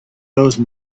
those